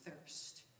thirst